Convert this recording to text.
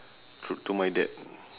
to to my dad